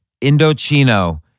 Indochino